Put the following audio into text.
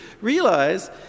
realize